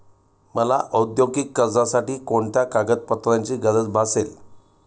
मला औद्योगिक कर्जासाठी कोणत्या कागदपत्रांची गरज भासेल?